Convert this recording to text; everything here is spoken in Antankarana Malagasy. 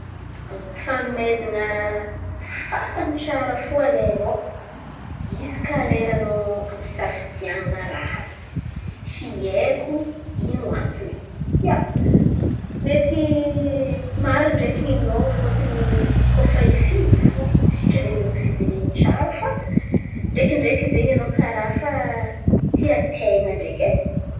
Fanomezan̈a farany tsara fo alainao isaka lera anao ampisafidian̈ana raha. Tsy haiko ino antony? Ia, mety marin̈y ndreky ninao fôtony koa fa hifidy fo sitrany edy mifidy niny tsara fa ndraikindraiky zen̈y anao karà fa tia ten̈a ndreky e.